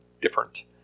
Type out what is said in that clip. different